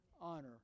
honor